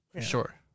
Sure